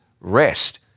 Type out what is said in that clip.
rest